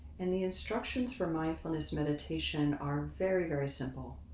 and the instructions for mindfulness meditation are very, very simple.